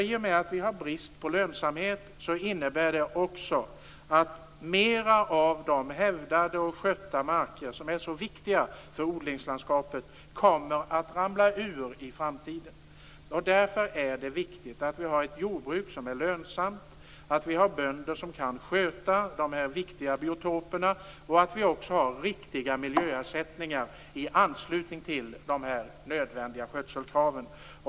I och med att vi har brist på lönsamhet innebär det också att mer av de hävdade och skötta marker, som är så viktiga för odlingslandskapet, kommer att "ramla ur" i framtiden. Därför är det viktigt att vi har ett jordbruk som är lönsamt, att vi har bönder som kan sköta dessa viktiga biotoper och att vi även har riktiga miljöersättningar i anslutning till de nödvändiga skötselkraven.